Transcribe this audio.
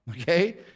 okay